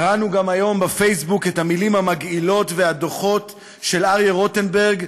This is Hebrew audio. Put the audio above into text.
קראנו גם היום בפייסבוק את המילים המגעילות והדוחות של אריה רוטנברג,